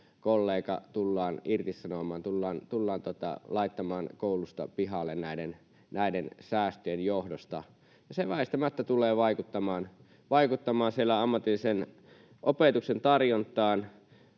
tullaan irtisanomaan, tullaan laittamaan koulusta pihalle näiden säästöjen johdosta. Se väistämättä tulee vaikuttamaan siellä ammatillisen opetuksen tarjontaan,